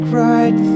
right